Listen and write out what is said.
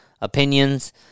opinions